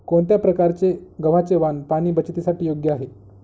कोणत्या प्रकारचे गव्हाचे वाण पाणी बचतीसाठी योग्य आहे?